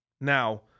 Now –